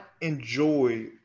enjoy